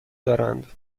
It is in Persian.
دارند